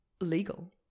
legal